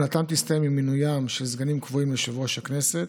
כהונתם תסתיים עם מינוים של סגנים קבועים ליושב-ראש הכנסת.